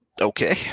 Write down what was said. Okay